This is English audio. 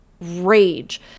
rage